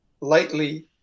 lightly